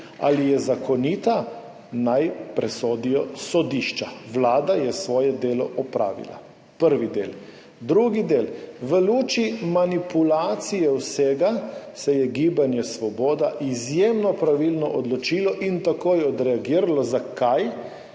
ali je zakonita, naj presodijo sodišča, Vlada je svoje delo opravila – prvi del. Drugi del, v luči manipulacije vsega se je Gibanje Svoboda izjemno pravilno odločilo in takoj odreagiralo. Zakaj?